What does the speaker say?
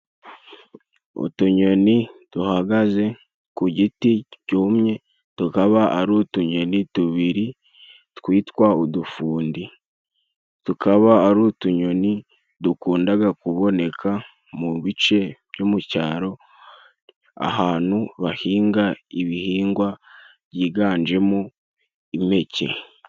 Utunyoni duhagaze ku giti cyumye, tukaba ari utunyoni tubiri twitwa udufundi, tukaba ari utunyoni dukundaga kuboneka mu bice byo mu cyaro ahantu bahinga ibihingwa byiganjemo impeke.